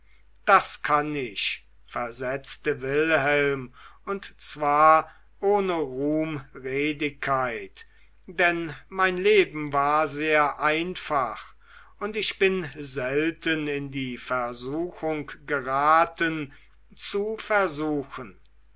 das kann ich versetzte wilhelm und zwar ohne ruhmredigkeit denn mein leben war sehr einfach und ich bin selten in die versuchung geraten zu versuchen